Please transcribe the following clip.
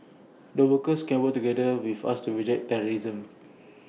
the workers can work together with us to reject terrorism